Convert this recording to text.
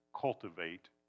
cultivate